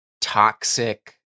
toxic